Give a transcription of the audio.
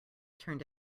turned